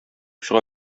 чыга